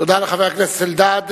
תודה לחבר הכנסת אלדד.